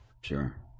Sure